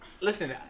listen